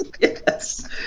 Yes